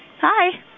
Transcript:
Hi